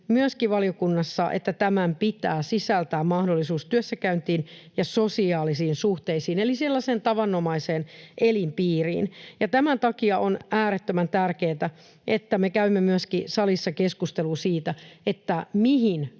myöskin, että tämän pitää sisältää mahdollisuus työssäkäyntiin ja sosiaalisiin suhteisiin eli sellaiseen tavanomaiseen elinpiiriin. Tämän takia on äärettömän tärkeätä, että me käymme myöskin salissa keskustelua siitä, mihin